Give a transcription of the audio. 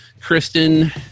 Kristen